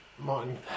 Martin